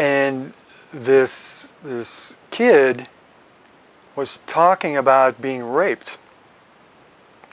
and this this kid was talking about being raped